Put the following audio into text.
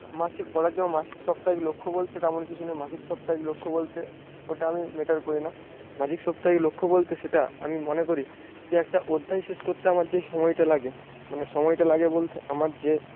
মাসিক পড়ার জন্য মাসিক সাপ্তাহিক লক্ষ্য বলতে তেমন কিছু নেই মাসিক সাপ্তাহিক লক্ষ্য বলতে ওটা আমি ম্যাটার করি না মাসিক সপ্তাহে লক্ষ্য বলতে সেটা আমি মনে করি যে একটা অধ্যায় শেষ করতে আমার যেই সময়টা লাগে মানে সময়টা লাগে বলতে আমার যে